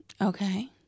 Okay